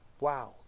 Wow